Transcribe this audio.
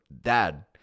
dad